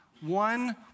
one